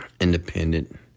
independent